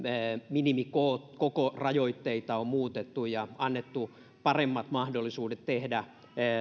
minimikokorajoitteita on muutettu ja annettu paremmat mahdollisuudet tehdä